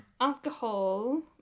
alcohol